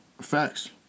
Facts